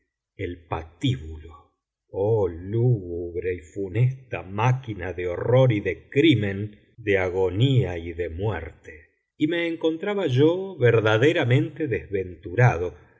el patíbulo oh lúgubre y funesta máquina de horror y de crimen de agonía y de muerte y me encontraba yo verdaderamente desventurado